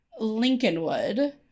Lincolnwood